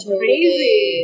Crazy